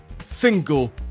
single